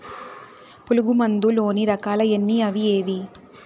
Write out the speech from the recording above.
పులుగు మందు లోని రకాల ఎన్ని అవి ఏవి?